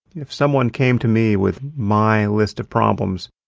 if someone came to me with my list of problems,